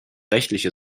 rechtliche